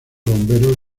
bomberos